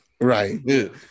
right